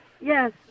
Yes